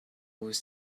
was